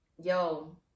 Yo